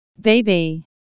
Baby